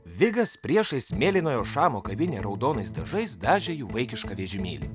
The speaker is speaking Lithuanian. vigas priešais mėlynojo šamo kavinę raudonais dažais dažė jų vaikišką vežimėlį